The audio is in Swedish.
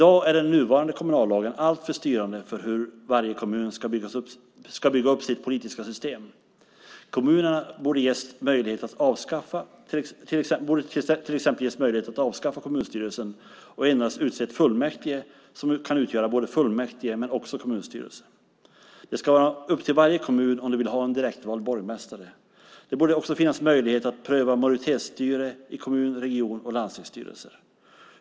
Den nuvarande kommunallagen är alltför styrande för hur varje kommun ska bygga upp sitt politiska styrsystem. Kommunerna borde till exempel ges möjlighet att avskaffa kommunstyrelsen och endast utse ett fullmäktige som kan utgöra både fullmäktige och kommunstyrelse. Det ska vara upp till varje kommun om de vill ha en direktvald borgmästare. Det borde också finnas möjlighet att pröva majoritetsstyre i kommun-, region och landstingsstyrelser.